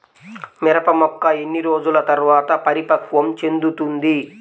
మిరప మొక్క ఎన్ని రోజుల తర్వాత పరిపక్వం చెందుతుంది?